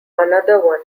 another